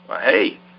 Hey